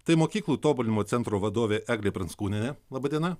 tai mokyklų tobulinimo centro vadovė eglė pranckūnienė laba diena